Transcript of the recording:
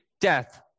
death